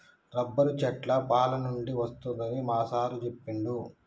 rubber చెట్ల పాలనుండి వస్తదని మా సారు చెప్పిండు